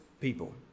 people